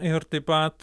ir taip pat